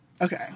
Okay